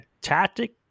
tactic